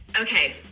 Okay